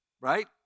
right